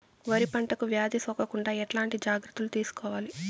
వరి పంటకు వ్యాధి సోకకుండా ఎట్లాంటి జాగ్రత్తలు తీసుకోవాలి?